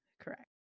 Correct